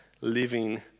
living